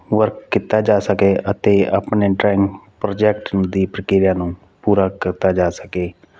work ਕੀਤਾ ਜਾ ਸਕੇ ਅਤੇ ਆਪਣੇ ਡਰਾਇੰਗ ਪ੍ਰੋਜੈਕਟ ਦੀ ਪ੍ਰਕਿਰਿਆ ਨੂੰ ਪੂਰਾ ਕੀਤਾ ਜਾ ਸਕੇ